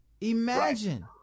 Imagine